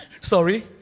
Sorry